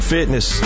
Fitness